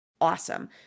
awesome